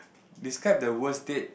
describe the worst date